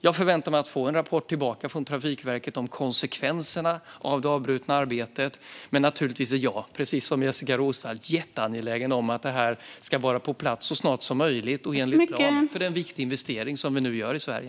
Jag förväntar mig en rapport från Trafikverket om konsekvenserna av det avbrutna arbetet. Men jag är naturligtvis, precis som Jessika Roswall, jätteangelägen om att Förbifarten ska vara på plats så snart som möjligt och enligt plan. Det är en viktig investering som vi nu gör i Sverige.